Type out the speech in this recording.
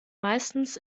meistens